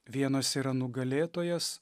vienas yra nugalėtojas